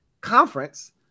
conference